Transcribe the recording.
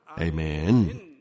Amen